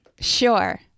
Sure